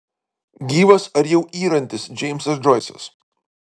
gyvas ar jau yrantis džeimsas džoisas